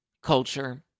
Culture